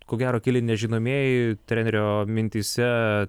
ko gero keli nežinomieji trenerio mintyse